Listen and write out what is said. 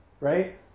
right